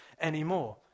anymore